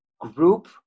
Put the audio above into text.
group